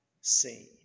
seen